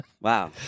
Wow